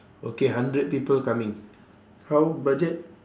okay hundred people coming how budget